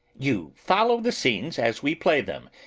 you follow the scenes as we play them,